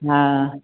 हा